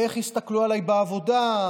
איך יסתכלו עליי בעבודה,